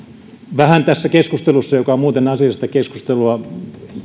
vähän tässä keskustelussa joka on muuten asiallista keskustelua